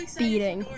beating